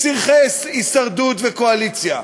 מצורכי הישרדות וקואליציה,